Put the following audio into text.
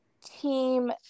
team